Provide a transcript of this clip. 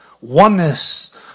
oneness